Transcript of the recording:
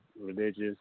religious